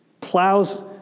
plows